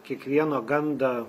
kiekvieno gandą